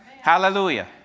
Hallelujah